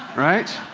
right?